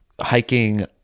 hiking